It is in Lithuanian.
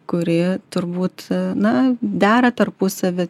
kuri turbūt na dera tarpusavy